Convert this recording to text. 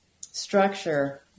structure